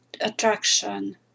attraction